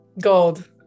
Gold